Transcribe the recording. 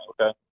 Okay